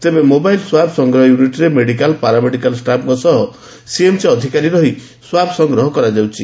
ତେବେ mobile swab ସଂଗ୍ରହ ୟୁନିଟ୍ରେ ମେଡ଼ିକାଲ ପାରାମେଡ଼ିକାଲ ଷ୍ଟାଫ୍ଙ ସହ ସିଏମ୍ସି ଅଧିକାରୀ ରହି ସ୍ୱାବ ସଂଗ୍ରହ କରାଯାଉଛି